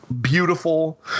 beautiful